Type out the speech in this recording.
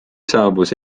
saabus